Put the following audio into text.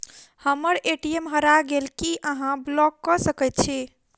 हम्मर ए.टी.एम हरा गेल की अहाँ ब्लॉक कऽ सकैत छी?